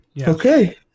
okay